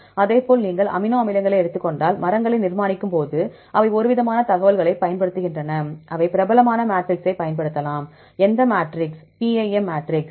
அதேபோல் நீங்கள் அமினோ அமிலங்களை எடுத்துக் கொண்டால் மரங்களை நிர்மாணிக்கும்போது அவை ஒருவிதமான தகவல்களை பயன்படுத்துகின்றன அவை பிரபலமான மேட்ரிக்ஸைப் பயன்படுத்தலாம் எந்த மேட்ரிக்ஸ்